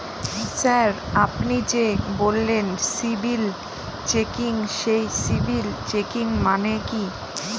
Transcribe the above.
Sir আপনি যে বললেন সিবিল চেকিং সেই সিবিল চেকিং মানে কি?